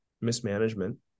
mismanagement